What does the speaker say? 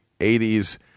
80s